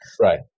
right